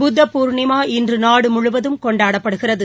புத்த பூர்ணிமா இன்று நாடு முழுவதும் கொண்டாடப்படுகிறது